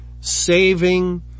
saving